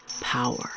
Power